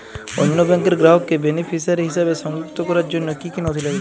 অন্য ব্যাংকের গ্রাহককে বেনিফিসিয়ারি হিসেবে সংযুক্ত করার জন্য কী কী নথি লাগবে?